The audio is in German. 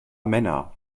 männer